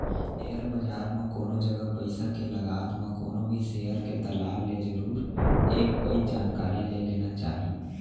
share बजार म कोनो जगा पइसा के लगात म कोनो भी सेयर के दलाल ले जरुर एक पइत जानकारी ले लेना चाही